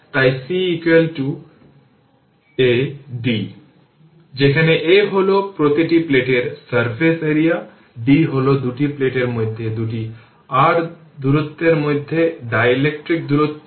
এটি গুরুত্বপূর্ণ এবং আমার এটি মনে রাখা উচিত যে ইন্ডাক্টর কারেন্ট তাৎক্ষণিকভাবে পরিবর্তন করতে পারে না এমন ধারণার সুবিধা নেওয়ার জন্য রেসপন্স হিসাবে ইন্ডাক্টর কারেন্ট নির্বাচন করুন